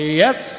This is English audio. yes